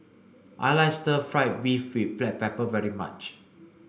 I like stir fried beef with black pepper very much